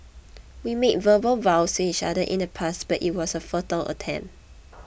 we made verbal vows to each other in the past but it was a futile attempt